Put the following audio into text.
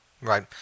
Right